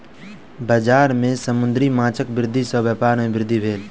बजार में समुद्री माँछक वृद्धि सॅ व्यापार में वृद्धि भेल